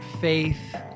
Faith